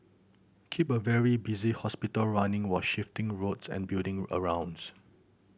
keep a very busy hospital running while shifting roads and building arounds